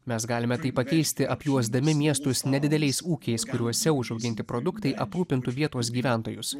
mes galime tai pakeisti apjuosdami miestus nedideliais ūkiais kuriuose užauginti produktai aprūpintų vietos gyventojus